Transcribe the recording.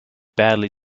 badly